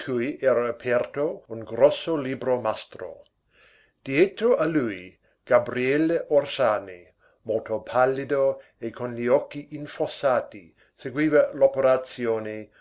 aperto un grosso libro mastro dietro a lui gabriele orsani molto pallido e con gli occhi infossati seguiva